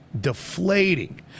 deflating